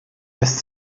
lässt